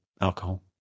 alcohol